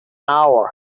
hour